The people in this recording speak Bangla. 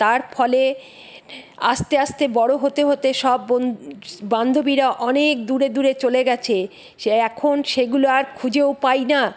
তার ফলে আস্তে আস্তে বড়ো হতে হতে সব বান্ধবীরা অনেক দূরে দূরে চলে গেছে এখন সেগুলো আর খুঁজেও পাই না